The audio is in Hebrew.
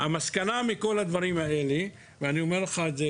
המסקנה מכל הדברים האלה אני אומר לך את זה,